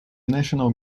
national